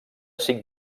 cinc